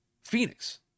Phoenix